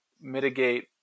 mitigate